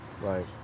Right